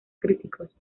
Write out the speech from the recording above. críticos